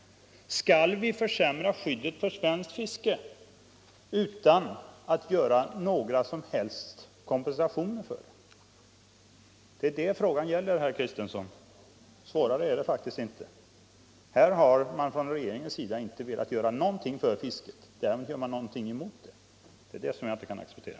Skall vi försämra skyddet för svenskt fiske utan att ge någon som helst kompensation för det? Det är det frågan gäller, herr Kristenson. Svårare är det faktiskt inte. Här har man från regeringens sida inte velat göra någonting för det svenska fisket. Däremot gör man något emot det. Det är det som jag inte kan acceptera.